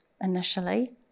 initially